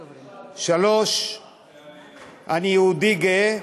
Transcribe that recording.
3. אני יהודי גאה,